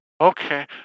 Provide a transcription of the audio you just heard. Okay